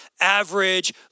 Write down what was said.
average